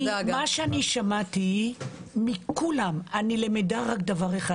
ממה ששמעתי מכולם אני למדה רק דבר אחד,